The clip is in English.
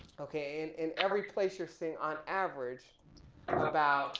okay. in every place you're seeing on average about